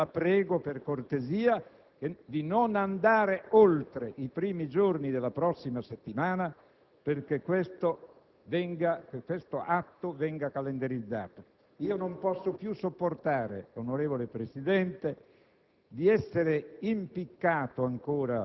questo atto. Ciò non è avvenuto, ma la prego, per cortesia, di non andare oltre i primi giorni della prossima settimana perché tale atto venga calendarizzato. Non posso più sopportare, onorevole Presidente,